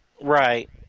Right